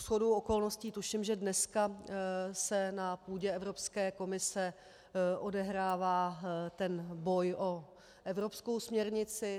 Shodou okolností tuším, že dneska se na půdě Evropské komise odehrává ten boj o evropskou směrnici.